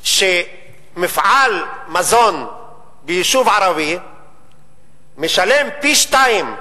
שמפעל מזון ביישוב ערבי משלם פי-שניים,